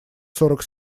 сорок